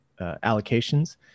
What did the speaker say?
allocations